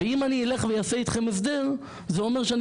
ואם אני אלך ואני אעשה אתכם הסדר זה אומר שאני